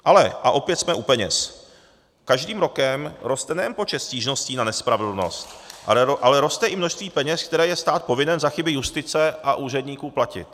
Ale, a opět jsme u peněz, každým rokem roste nejen počet stížností na nespravedlnost, ale roste i množství peněz, které je stát povinen za chyby justice a úředníků platit.